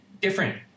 different